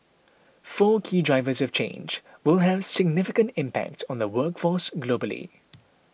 four key drivers of change will have significant impact on the workforce globally